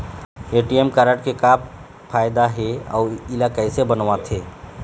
ATM card के का फायदा हे अऊ इला कैसे बनवाथे?